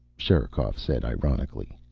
sherikov said ironically.